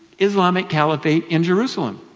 islamic caliphate in jerusalem.